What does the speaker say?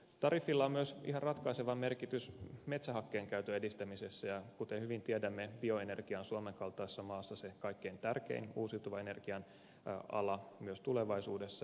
tariffilla on myös ihan ratkaiseva merkitys metsähakkeen käytön edistämisessä ja kuten hyvin tiedämme bioenergia on suomen kaltaisessa maassa se kaikkein tärkein uusiutuvan energian ala myös tulevaisuudessa